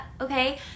okay